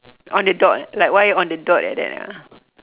on the dot like why on the dot like that ah